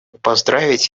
поздравить